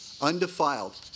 undefiled